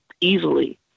easily